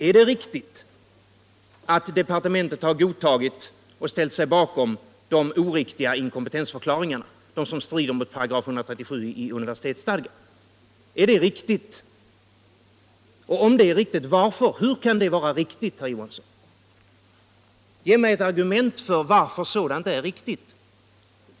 Är det riktigt att departementet har godtagit och ställt sig bakom de oriktiga inkompetensförklaringarna, som strider mot 136 § i universitetsstadgan? Är det riktigt, och i så fall, hur kan det vara det, herr Johansson? Ge mig ett argument för varför sådant är riktigt.